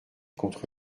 contre